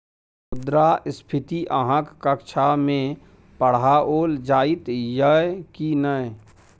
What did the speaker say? मुद्रास्फीति अहाँक कक्षामे पढ़ाओल जाइत यै की नै?